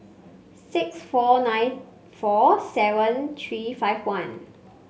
six four nine four seven three five one